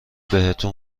بهتون